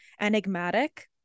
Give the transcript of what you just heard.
enigmatic